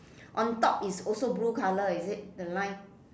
on top is also blue colour is it the line